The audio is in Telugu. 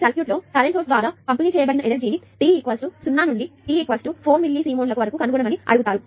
ఈ సర్క్యూట్లో కరెంట్ సోర్స్ ద్వారా పంపిణీ చేయబడిన ఎనర్జీ ని t 0 నుండి t 4 మిల్లీసీమెన్లకు వరకు కనుగొనమని అడుగుతారు